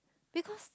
because